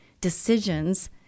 decisions